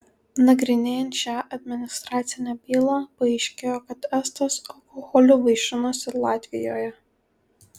nagrinėjant šią administracinę bylą paaiškėjo kad estas alkoholiu vaišinosi latvijoje